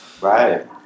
Right